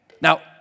Now